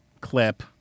clip